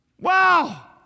wow